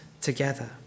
together